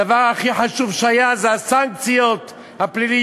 הדבר הכי חשוב היה הסנקציות הפליליות,